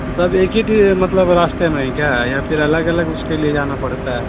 سب ایک ہی ٹی مطلب راستے میں ہی کیا یا پھر الگ الگ اس کے لیے جانا پڑتا ہے